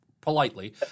politely